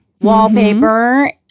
wallpaper